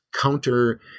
counter –